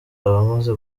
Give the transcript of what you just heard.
abamaze